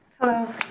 Hello